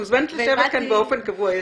את מוזמנת לשבת כאן באופן קבוע,